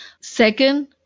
Second